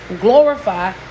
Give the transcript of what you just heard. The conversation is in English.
glorify